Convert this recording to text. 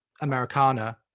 americana